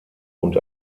und